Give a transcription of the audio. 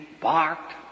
barked